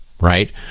right